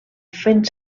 fent